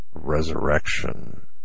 Resurrection